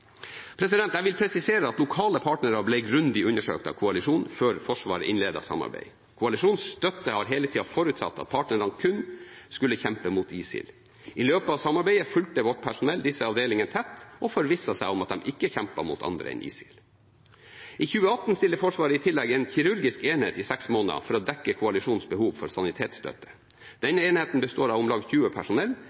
Jeg vil presisere at lokale partnere ble grundig undersøkt av koalisjonen før Forsvaret innledet samarbeid. Koalisjonens støtte har hele tida forutsatt at partnerne kun skulle kjempe mot ISIL. I løpet av samarbeidet fulgte vårt personell disse avdelingene tett, og forvisset seg om at de ikke kjempet mot andre enn ISIL. I 2018 stiller Forsvaret i tillegg en kirurgisk enhet i seks måneder for å dekke koalisjonens behov for sanitetsstøtte. Denne enheten består av om lag 20 personell.